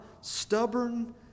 stubborn